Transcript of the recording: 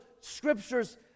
scriptures